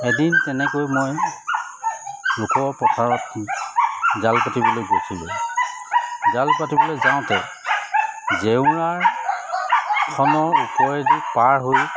এদিন তেনেকৈ মই লোকৰ পথাৰত জাল পাতিবলৈ গৈছিলোঁ জাল পাতিবলৈ যাওঁতে জেওৰাখনৰ উপৰেদি পাৰ হৈ